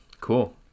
Cool